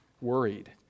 worried